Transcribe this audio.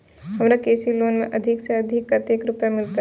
हमरा कृषि लोन में अधिक से अधिक कतेक रुपया मिलते?